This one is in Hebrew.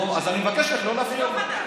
נו, אז אני מבקש ממך לא להפריע לי.